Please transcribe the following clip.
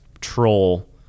troll